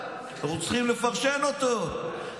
אנחנו צריכים לפרשן אותו,